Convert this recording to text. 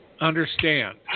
understand